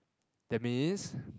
that means